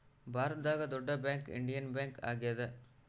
ಭಾರತದಾಗ ದೊಡ್ಡ bank Indian Bank ಆಗ್ಯಾದ